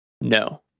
No